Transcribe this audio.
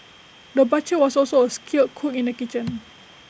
the butcher was also A skilled cook in the kitchen